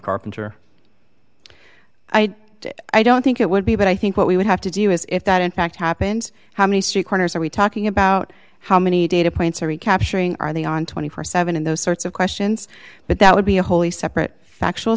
carpenter i i don't think it would be but i think what we would have to do is if that in fact happens how many street corners are we talking about how many data points are recapturing are they on two hundred and forty seven and those sorts of questions but that would be a wholly separate factual